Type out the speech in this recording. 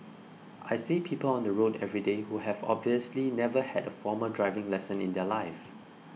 I see people on the road everyday who have obviously never had a formal driving lesson in their life